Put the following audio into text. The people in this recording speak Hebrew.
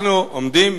אנחנו עומדים,